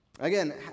Again